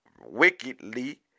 wickedly